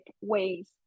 ways